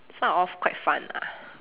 this one are all quite fun ah